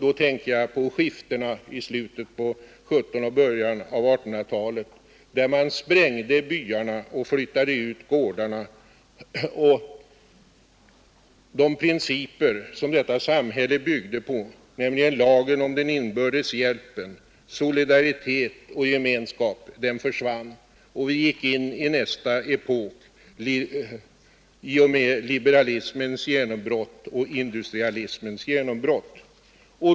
Jag tänker här på skiftena i slutet av 1700 och början av 1800-talet, då man sprängde byarna, flyttade ut gårdarna och frångick de principer som samhället dittills byggt på, nämligen lagen om den inbördes hjälpen, solidariteten och gemenskapen. Då gick vi in i nästa epok i och med liberalismens och industrialismens genombrott.